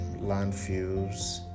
landfills